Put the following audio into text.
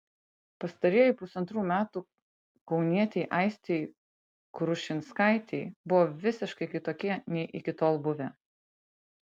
pastarieji pusantrų metų kaunietei aistei krušinskaitei buvo visiškai kitokie nei iki tol buvę